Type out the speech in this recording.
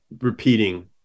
repeating